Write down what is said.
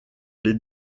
les